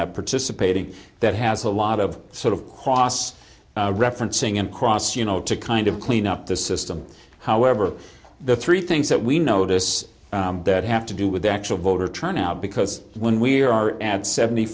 at participating that has a lot of sort of cost referencing across you know to kind of clean up the system however the three things that we notice that have to do with the actual voter turnout because when we are at seventy